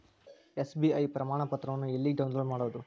SBI ಪ್ರಮಾಣಪತ್ರವನ್ನ ಎಲ್ಲೆ download ಮಾಡೊದು?